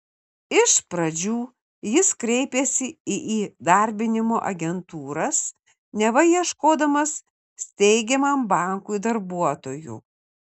iš pradžių jis kreipėsi į įdarbinimo agentūras neva ieškodamas steigiamam bankui darbuotojų